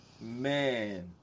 Man